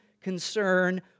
concern